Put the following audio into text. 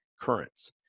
currents